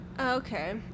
okay